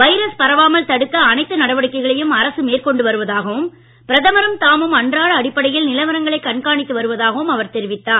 virus பரவாமல் தடுக்க அனைத்து நடவடிக்கைகளையும் அரசு மேற்கொண்டு வருவதாகவும் பிரதமரும் தாமும் அன்றாட அடிப்படையில் நிலவரங்களை கண்காணித்து வருவதாகவும் அவர் தெரிவித்தார்